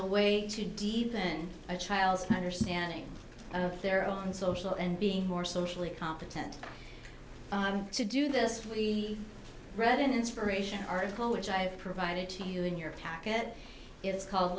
a way to deal with and a child's understanding of their own social and being more socially competent to do this we read an inspiration article which i have provided to you in your packet it's called